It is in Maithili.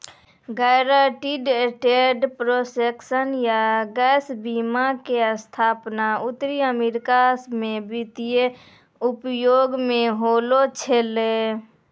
गायरंटीड एसेट प्रोटेक्शन या गैप बीमा के स्थापना उत्तरी अमेरिका मे वित्तीय उद्योग मे होलो छलै